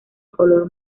color